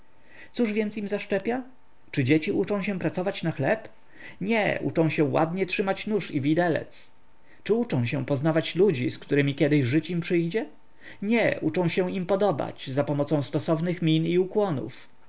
cóż więc im zaszczepia czy dzieci uczą się pracować na chleb nie uczą się ładnie trzymać nóż i widelec czy uczą się poznawać ludzi z którymi kiedyś żyć im przyjdzie nie uczą się im podobać za pomocą stosownych min i